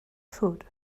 foot